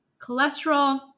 cholesterol